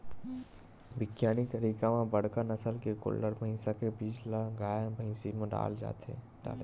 बिग्यानिक तरीका म बड़का नसल के गोल्लर, भइसा के बीज ल गाय, भइसी म डाले जाथे